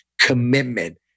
commitment